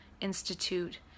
institute